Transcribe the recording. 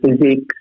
physics